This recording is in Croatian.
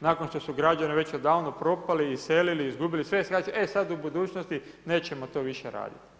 nakon što su građani već odavno propali, iselili i izgubili sve, e sad u budućnosti nećemo to više raditi.